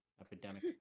epidemic